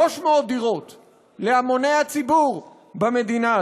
300 דירות להמוני הציבור במדינה הזאת.